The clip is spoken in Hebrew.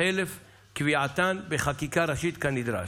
חלף קביעתן בחקיקה ראשית כנדרש.